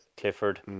Clifford